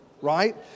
right